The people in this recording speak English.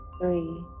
three